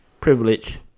privilege